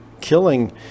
killing